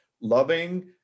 loving